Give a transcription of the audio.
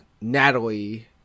Natalie